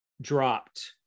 dropped